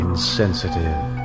insensitive